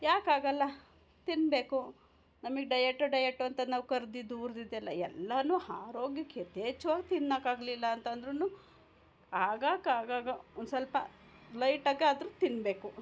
ಯಾಕೆ ಆಗೋಲ್ಲ ತಿನ್ನಬೇಕು ನಮಗೆ ಡಯಟು ಡಯಟು ಅಂತ ನಾವು ಕರೆದಿದ್ದು ಉರ್ದಿದ್ದು ಎಲ್ಲ ಎಲ್ಲನೂ ಆರೋಗ್ಯಕ್ಕೆ ಯಥೇಚ್ಛವಾಗಿ ತಿನ್ನೋಕ್ಕಾಗ್ಲಿಲ್ಲ ಅಂತ ಅಂದ್ರೂ ಆಗಾಗ ಆಗಾಗ ಒಂದು ಸ್ವಲ್ಪ ಲೈಟಾಗಿ ಆದ್ರೂ ತಿನ್ನಬೇಕು